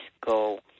go